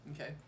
Okay